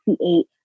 create